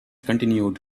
continued